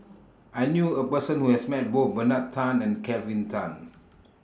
I knew A Person Who has Met Both Bernard Tan and Kelvin Tan